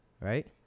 Right